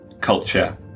culture